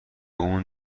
اون